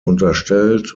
unterstellt